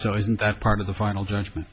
so isn't that part of the final judgment